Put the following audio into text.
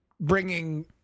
bringing